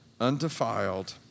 undefiled